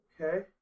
Okay